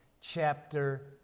chapter